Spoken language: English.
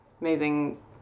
amazing